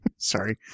Sorry